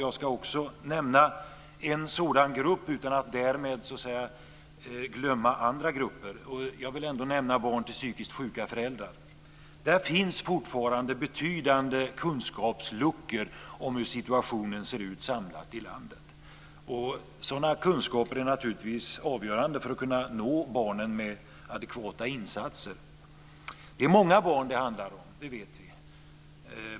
Jag ska också nämna en sådana grupp, utan att därmed glömma andra grupper. Jag vill ändå nämna barn till psykiskt sjuka föräldrar. Det finns fortfarande betydande kunskapsluckor när det gäller hur situationen ser ut sammantaget i landet. Sådana kunskaper är naturligtvis avgörande för att man ska kunna nå barnen med adekvata insatser. Det är många barn det handlar om; det vet vi.